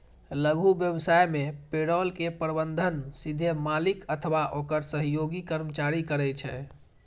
लघु व्यवसाय मे पेरोल के प्रबंधन सीधे मालिक अथवा ओकर सहयोगी कर्मचारी करै छै